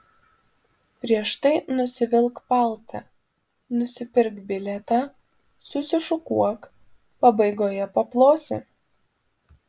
prieš tai nusivilk paltą nusipirk bilietą susišukuok pabaigoje paplosi